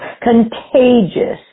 Contagious